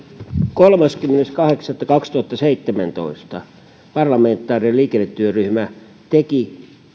kolmaskymmenes kahdeksatta kaksituhattaseitsemäntoista parlamentaarinen liikennetyöryhmä teki